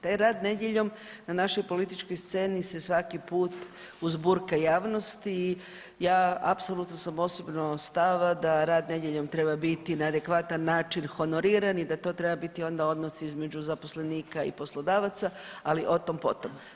Taj rad nedjeljom na našoj političkoj sceni se svaki put uzburka javnost i ja apsolutno sam osobno stava da rad nedjeljom treba biti na adekvatan način honoriran i da to treba biti onda odnos između zaposlenika i poslodavaca, ali o tom potom.